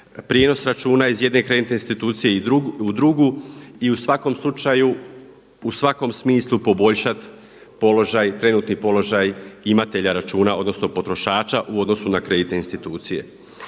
prijenos računa iz jedne kreditne institucije u drugu i u svakom slučaju, u svakom smislu poboljšat položaj, trenutni položaj imatelja računa odnosno potrošača u odnosu na kreditne institucije.